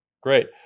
Great